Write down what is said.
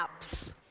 Apps